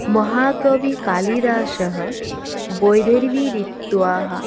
महाकविकालिदासः वैदर्भी रीत्या